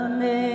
Amen